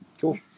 Cool